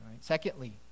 secondly